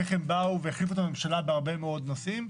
איך הם החליפו את הממשלה בהרבה מאוד נושאים.